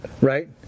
Right